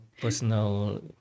personal